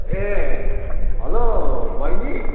ए hello बहिनी